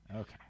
Okay